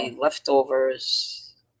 Leftovers